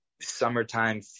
summertime